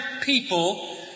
people